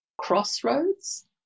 Crossroads